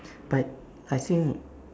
but I think